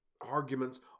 Arguments